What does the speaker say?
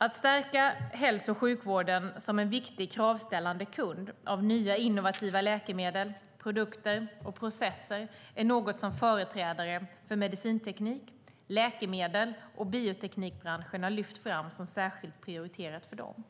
Att stärka hälso och sjukvården som en viktig kravställande kund när det gäller nya innovativa läkemedel, produkter och processer är något som företrädare för medicinteknik-, läkemedels och bioteknikbranscherna lyft fram som särskilt prioriterat för dem.